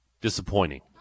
Disappointing